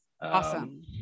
Awesome